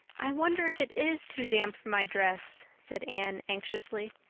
i wonder if it is too damp for my dress, said anne anxiously.